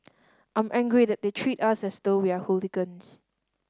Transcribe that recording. I'm angry that they treat us as though we are hooligans